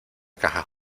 caja